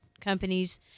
companies